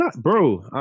bro